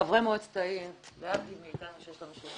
חברי מועצת העיר להבדיל מאיתנו שיש לנו שלושה